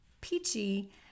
peachy